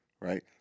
right